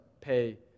pay